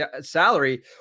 salary